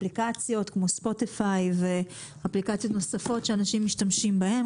אפליקציות כמו Spotify ואפליקציות נוספות שאנשים משתמשים בהם,